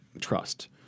trust